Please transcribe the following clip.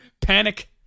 panic